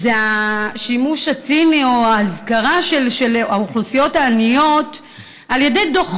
זה השימוש הציני או ההזכרה של האוכלוסיות העניות בדוחות.